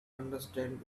understand